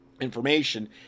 information